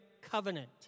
covenant